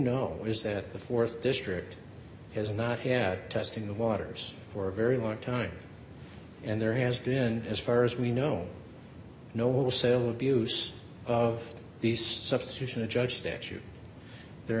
know is that the th district has not had testing the waters for a very one time and there has been as far as we know no will sell abuse of these substitution a judge statute there